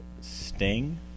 Sting